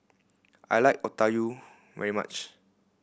I like Okayu very much